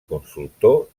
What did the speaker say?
consultor